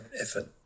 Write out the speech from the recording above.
effort